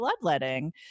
bloodletting